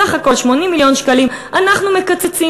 בסך הכול 80 מיליון שקלים אנחנו מקצצים.